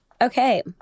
okay